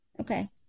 Okay